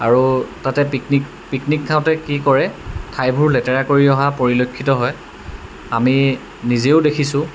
আৰু তাতে picnic picnic খাওঁতে কি কৰে ঠাইবোৰ লেতেৰা কৰি অহা পৰিলক্ষিত হয় আমি নিজেও দেখিছোঁ